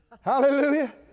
Hallelujah